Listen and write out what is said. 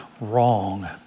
wrong